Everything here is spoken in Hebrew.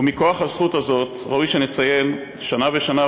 ומכוח הזכות הזאת ראוי שנציין שנה בשנה,